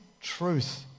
truth